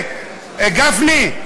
גפני,